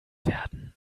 werden